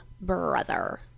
brother